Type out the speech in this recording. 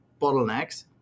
bottlenecks